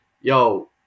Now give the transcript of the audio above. Yo